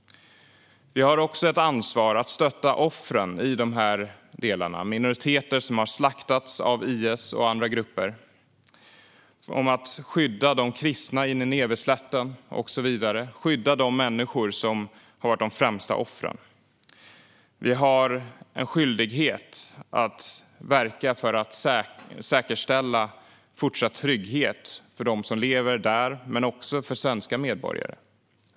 Vi har också ett ansvar att stötta offren i de här delarna - minoriteter har slaktats av IS och andra grupper - och att skydda de kristna på Nineveslätten och så vidare. Vi har ett ansvar att skydda de människor som har varit de främsta offren. Vi har en skyldighet att säkerställa att det i fortsättningen blir tryggt för dem som lever där och för svenska medborgare.